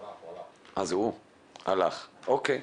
הלך, אוקיי.